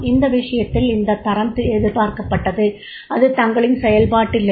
இந்த விஷயத்தில் இந்தத் தரம் எதிர்பார்க்கப்பட்டது அது தங்களின் செயல்பாட்டில் இல்லை